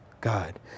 God